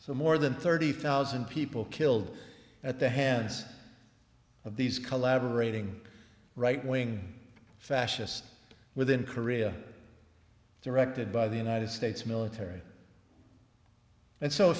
so more than thirty thousand people killed at the hands of these collaborating right wing fascists within korea directed by the united states military